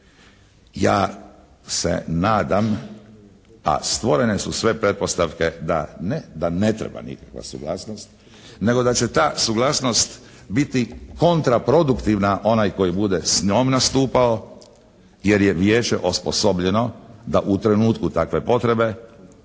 Ja se nadam, a stvorene su sve pretpostavke da ne treba nikakva suglasnost, nego da će ta suglasnost biti kontraproduktivna onaj koji bude s njom nastupao, jer je vijeće osposobljeno da u trenutku takve potrebe